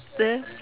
then